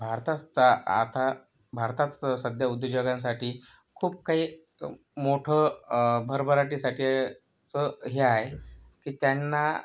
भारतास तर आता भारतात सध्या उद्योजकांसाठी खूप काही मोठं भरभराटीसाठीचं हे आहे की त्यांना